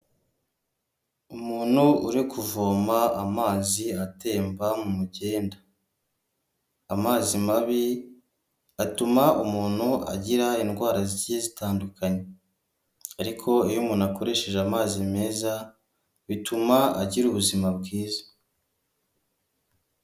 Umuntu uri kuvoma amazi atemba mu mugenda; amazi mabi atuma umuntu agira indwara zigiye zitandukanye; ariko iyo umuntu akoresheje amazi meza bituma agira ubuzima bwiza.